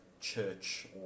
church